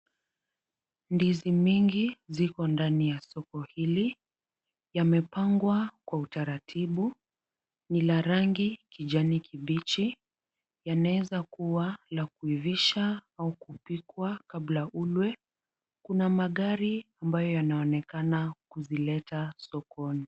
Ndizi mingi, ziko ndani ya soko hili. Yamepangwa kwa utaratibu, ni la rangi kijani kibichi, yanaweza kuwa la kuivisha au kupikwa kabla ulwe, kuna magari ambayo yanaonekana kuzileta sokoni.